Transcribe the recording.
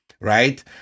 right